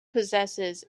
possesses